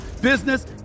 business